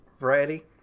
variety